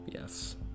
Yes